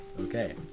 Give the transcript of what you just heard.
Okay